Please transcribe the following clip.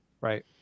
right